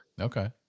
Okay